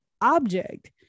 object